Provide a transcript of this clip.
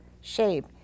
shape